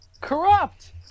corrupt